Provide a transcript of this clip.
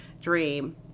dream